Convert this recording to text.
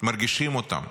מרגישים אותם.